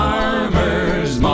Farmer's